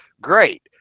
great